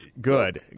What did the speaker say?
Good